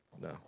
No